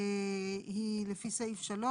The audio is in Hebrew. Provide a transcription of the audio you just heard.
היא לפי סעיף 3,